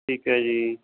ਠੀਕ ਹੈ ਜੀ